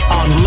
on